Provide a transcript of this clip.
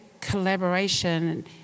collaboration